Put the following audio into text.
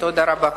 תודה רבה.